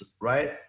right